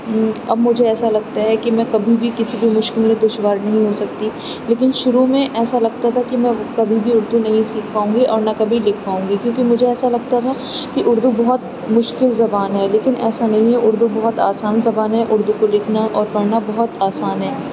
اب مجھے ایسا لگتا ہے کہ میں کبھی بھی کسی بھی مشکل میں دشوار نہیں ہو سکتی لیکن شروع میں ایسا لگتا تھا کہ میں کبھی بھی اردو نہیں سیکھ پاؤں گی اور نہ کبھی لکھ پاؤں گی کیونکہ مجھے ایسا لگتا تھا کہ اردو بہت مشکل زبان ہے لیکن ایسا نہیں ہے اردو بہت آسان زبان ہے اردو کو لکھنا اور پڑھنا بہت آسان ہے